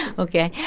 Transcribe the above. ok?